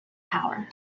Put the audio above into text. power